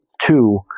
two